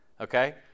okay